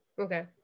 okay